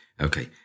Okay